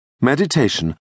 Meditation